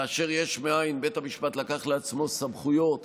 כאשר יש מאין בית המשפט לקח לעצמו סמכויות